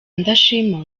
ndashima